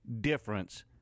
difference